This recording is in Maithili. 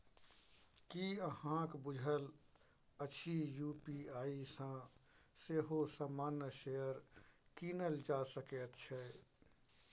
की अहाँक बुझल अछि यू.पी.आई सँ सेहो सामान्य शेयर कीनल जा सकैत छै?